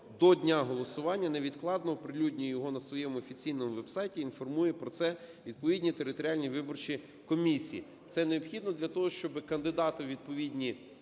до дня голосування, невідкладно оприлюднює його на своєму офіційному веб-сайті, інформує про це відповідні територіальні виборчі комісії". Це необхідно для того, щоби кандидати у відповідні